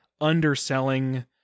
underselling